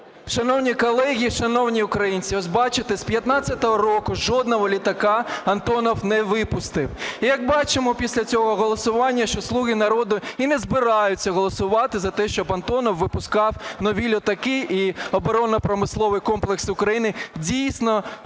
Шановні колеги, шановні українці, ось бачте, з 15-го року жодного літака "Антонов" не випустив. Як бачимо після цього голосування, що "слуги народу" і не збираються голосувати за те, щоб "Антонов" випускав нові літаки і оборонно-промисловий комплекс України дійсно працював,